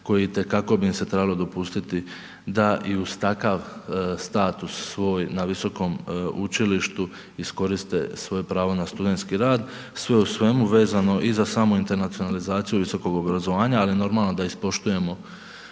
koji itekako im bi se trebalo dopustiti da i uz takav status svoj na visokom učilištu iskoriste svoje pravo na studentski rad. Sve u svemu vezano i za samu internacionalizaciju visokog obrazovanja, ali normalno da ispoštujemo